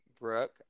Brooke